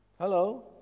Hello